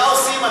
מה עושים?